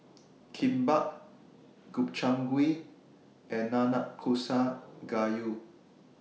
Kimbap Gobchang Gui and Nanakusa Gayu